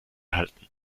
halten